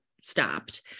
stopped